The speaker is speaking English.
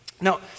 Now